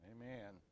Amen